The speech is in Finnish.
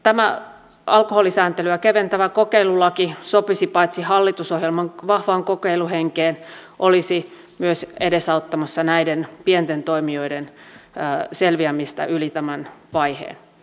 tämä alkoholisääntelyä keventävä kokeilulaki sopisi paitsi hallitusohjelman vahvaan kokeiluhenkeen olisi myös edesauttamassa näiden pienten toimijoiden selviämistä yli tämän vaiheen